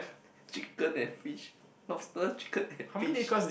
chicken and fish lobster chicken and fish